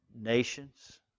nations